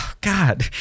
god